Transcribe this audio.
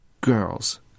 Girls